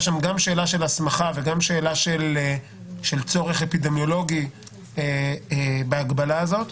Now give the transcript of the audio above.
שאלה של הסמכה וגם שאלה של צורך אפידמיולוגי בהגבלה הזו,